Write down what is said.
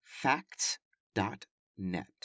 facts.net